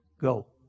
go